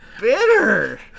Bitter